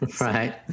right